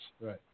right